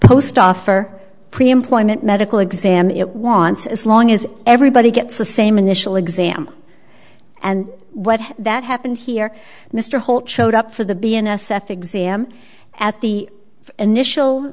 post off for pre employment medical exam it wants as long as everybody gets the same initial exam and what that happened here mr holt showed up for the be an s f exam at the initial